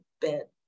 bit